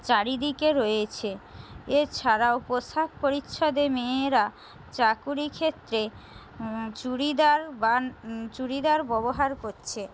চারিদিকে রয়েছে এছাড়াও পোশাক পরিচ্ছদে মেয়েরা চাকুরি ক্ষেত্রে চুড়িদার বা চুড়িদার ববহার করছে